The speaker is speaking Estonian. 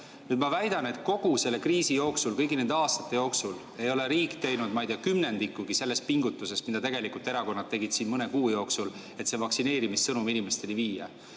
Nüüd ma väidan, et kogu selle kriisi jooksul, kõigi nende aastate jooksul ei ole riik teinud kümnendikkugi sellest pingutusest, mida erakonnad tegid siin mõne kuu jooksul, et vaktsineerimissõnum inimesteni viia.